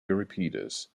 euripides